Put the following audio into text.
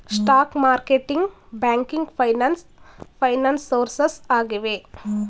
stock marketing, banking finance finance sources ಆಗಿವೆ